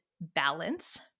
balance